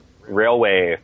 Railway